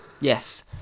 Yes